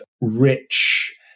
rich